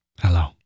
Hello